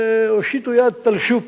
והושיטו יד, תלשו פרח,